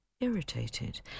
Irritated